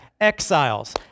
exiles